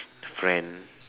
friend